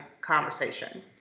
conversation